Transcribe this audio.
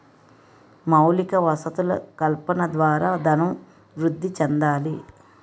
మౌలిక వసతులు కల్పన ద్వారా ధనం వృద్ధి చెందాలి